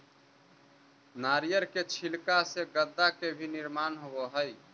नारियर के छिलका से गद्दा के भी निर्माण होवऽ हई